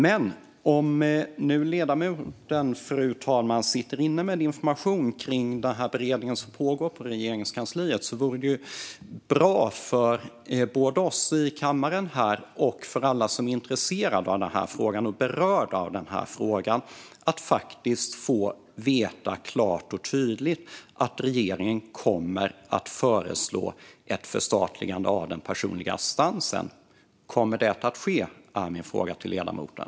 Men om nu ledamoten sitter inne med information om den beredning som pågår på Regeringskansliet vore det bra både för oss här i kammaren och för alla som är intresserade och berörda av frågan att få veta klart och tydligt att regeringen kommer att föreslå ett förstatligande av den personliga assistansen. Kommer det att ske? Det är min fråga till ledamoten.